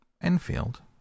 Enfield